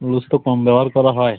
রোজ তো কম ব্যবহার করা হয়